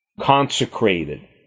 Consecrated